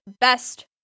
Best